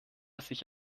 sich